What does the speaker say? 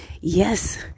Yes